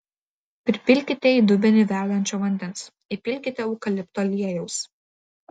pripilkite į dubenį verdančio vandens įpilkite eukalipto aliejaus